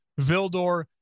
Vildor